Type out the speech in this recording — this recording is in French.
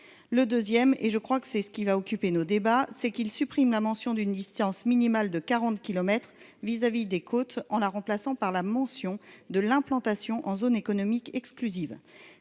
le deuxième et je crois que c'est ce qui va occuper nos débats, c'est qu'il supprime la mention d'une distance minimale de 40 kilomètres vis-à-vis des côtes en la remplaçant par la mention de l'implantation en zone économique exclusive,